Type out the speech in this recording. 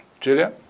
Julia